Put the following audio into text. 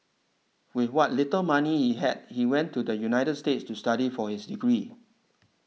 with what little money he had he went to the United States to study for his degree